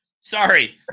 Sorry